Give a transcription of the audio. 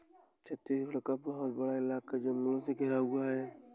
छत्तीसगढ़ का बहुत बड़ा इलाका जंगलों से घिरा हुआ है